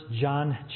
John